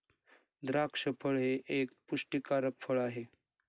द्राक्ष फळ हे एक पुष्टीकारक फळ आहे